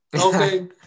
okay